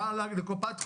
באה לקופת חולים,